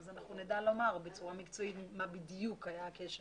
אנחנו נדע לומר בצורה מקצועית מה בדיוק היה הכשל,